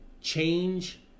change